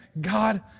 God